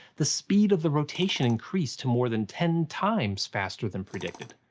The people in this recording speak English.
the speed of the rotation increased to more than ten times faster than predicted!